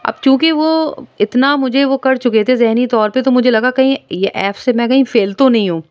اب چونکہ وہ اتنا مجھے وہ کر چکے تھے ذہنی طور پہ تو مجھے لگا کہیں یہ ایف سے میں کہیں فیل تو نہیں ہوں